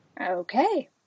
Okay